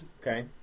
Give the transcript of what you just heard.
Okay